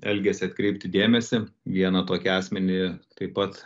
elgesį atkreipti dėmesį vieną tokį asmenį taip pat